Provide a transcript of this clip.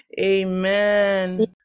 amen